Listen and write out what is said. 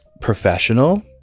professional